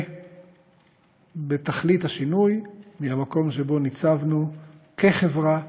בתכלית השינוי מהמקום שבו ניצבנו כחברה,